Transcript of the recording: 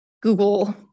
Google